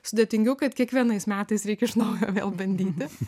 sudėtingiau kad kiekvienais metais reikia iš naujo vėl bandyti